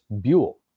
Buell